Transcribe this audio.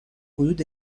حدود